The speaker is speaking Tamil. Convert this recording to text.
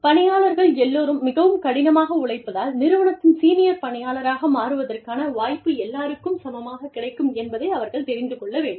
பணியாளர்கள் எல்லோரும் மிகவும் கடினமாக உழைப்பதால் நிறுவனத்தின் சீனியர் பணியாளராக மாறுவதற்கான வாய்ப்பு எல்லோருக்கும் சமமாக கிடைக்கும் என்பதை அவர்கள் தெரிந்து கொள்ள வேண்டும்